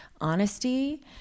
honesty